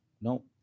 no